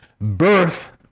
Birth